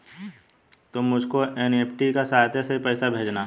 तुम मुझको एन.ई.एफ.टी की सहायता से ही पैसे भेजना